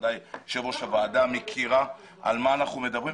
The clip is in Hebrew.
בוודאי שראש הוועדה מכירה על מה אנחנו מדברים,